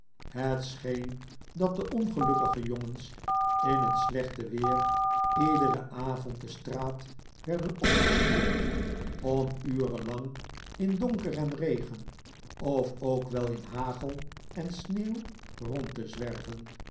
scheen dat de ongelukkige jongens in het slechtste weer iederen avond de straat werden opgestuurd om uren lang in donker en regen of ook wel in hagel en sneeuw rond te zwerven